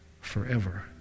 forever